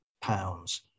pounds